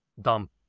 dump